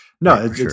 No